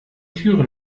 türen